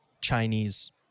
Chinese